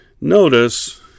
Notice